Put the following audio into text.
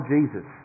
Jesus